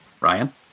ryan